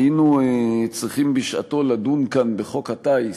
היינו צריכים בשעתנו לדון כאן בחוק הטיס,